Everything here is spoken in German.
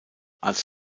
als